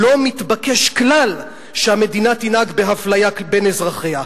לא מתבקש כלל שהמדינה תנהג באפליה בין אזרחיה,